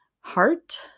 Heart